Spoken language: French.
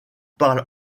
parle